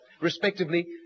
respectively